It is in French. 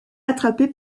attraper